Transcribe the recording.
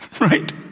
right